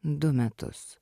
du metus